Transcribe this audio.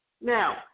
Now